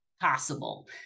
possible